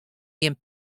gjin